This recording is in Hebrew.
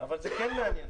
אבל זה כן מעניין.